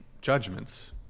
judgments